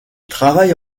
travaille